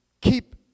keep